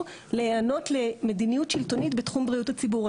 להיענות למדיניות שלטונית בתחום בריאות הציבור,